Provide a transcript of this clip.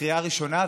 בקריאה ראשונה,